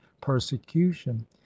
persecution